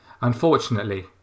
Unfortunately